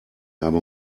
habe